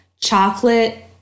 chocolate